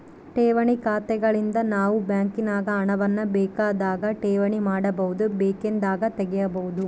ಠೇವಣಿ ಖಾತೆಗಳಿಂದ ನಾವು ಬ್ಯಾಂಕಿನಾಗ ಹಣವನ್ನು ಬೇಕಾದಾಗ ಠೇವಣಿ ಮಾಡಬಹುದು, ಬೇಕೆಂದಾಗ ತೆಗೆಯಬಹುದು